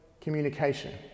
communication